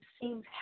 seems